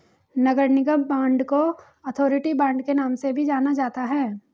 नगर निगम बांड को authority bond के नाम से भी जाना जाता है